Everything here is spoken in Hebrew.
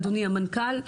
אדוני המנכ"ל,